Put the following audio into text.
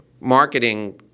marketing